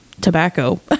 tobacco